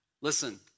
Listen